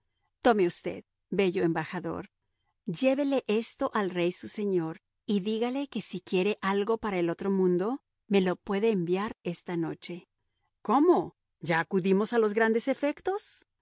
tome usted bello embajador llévele esto al rey su señor y dígale que si quiere algo para el otro mundo me lo puede enviar esta noche cómo ya acudimos a los grandes efectos